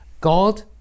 God